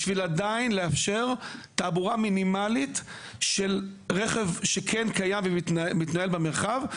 בשביל עדיין לאפשר תעבורה מינימלית של רכב שכן קיים ומתנהל במרחב.